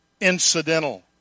incidental